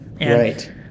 Right